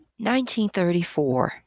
1934